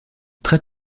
très